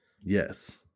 Yes